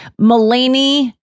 Mulaney